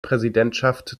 präsidentschaft